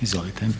Izvolite.